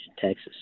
Texas